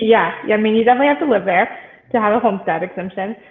yeah yeah mean you definitely have to live there to have a homestead exemption.